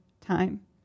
time